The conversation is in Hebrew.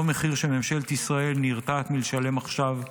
אותו מחיר שממשלת ישראל נרתעת מלשלם עכשיו,